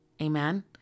Amen